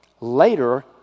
Later